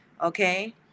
Okay